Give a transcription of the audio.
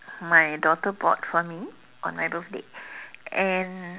my daughter bought for me on my birthday and